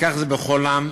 וכך זה בכל עם,